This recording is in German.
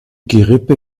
gerippe